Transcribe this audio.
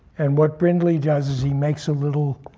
and what brindley does is he makes a little